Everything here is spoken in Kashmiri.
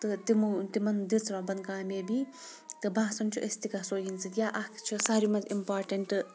تہٕ تِمو تِمَن دِژ رۄبَن کامیٲبی تہٕ باسان چھُ أسۍ تہِ گژھو یِہِنٛدِ سۭتۍ یا اَکھ چھِ ساروٕے منٛز اِمپاٹَنٛٹ